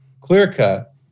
clear-cut